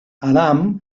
adam